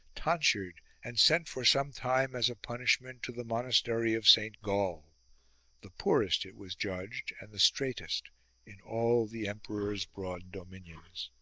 tonsured, and sent for some time as a punishment to the monastery of saint gall the poorest, it was judged, and the straitest in all the emperor's broad dominions.